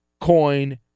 coin